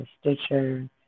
Stitcher